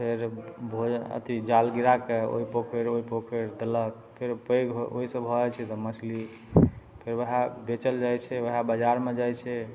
फेर भोजन अथी जाल गिरा कऽ ओइ पोखरि ओइ पोखरि देलक फेर पैघ ओइसँ भऽ जाइ छै तऽ मछली फेर वहए बेचल जाइ छै वहए बजारमे जाइ छै